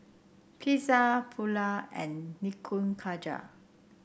Pizza Pulao and Nikujaga